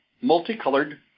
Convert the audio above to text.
multicolored